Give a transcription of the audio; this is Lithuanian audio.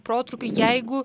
protrūkiui jeigu